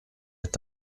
est